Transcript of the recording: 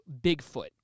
Bigfoot